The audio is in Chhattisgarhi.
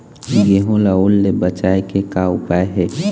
गेहूं ला ओल ले बचाए के का उपाय हे?